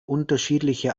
unterschiedliche